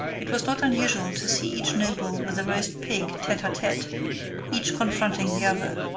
it was not unusual to see each noble with a roast pig tete-a-tete each confronting the other,